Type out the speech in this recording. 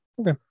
okay